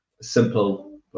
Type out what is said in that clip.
simple